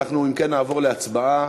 אם כן, נעבור להצבעה,